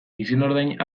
izenordain